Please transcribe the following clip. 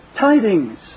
tidings